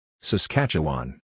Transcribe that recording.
Saskatchewan